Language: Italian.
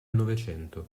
novecento